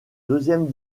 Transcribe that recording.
deuxième